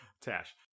Tash